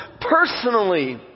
personally